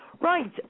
Right